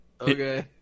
Okay